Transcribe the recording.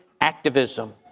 activism